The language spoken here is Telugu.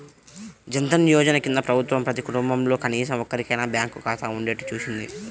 జన్ ధన్ యోజన కింద ప్రభుత్వం ప్రతి కుటుంబంలో కనీసం ఒక్కరికైనా బ్యాంకు ఖాతా ఉండేట్టు చూసింది